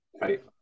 Right